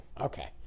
Okay